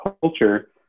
culture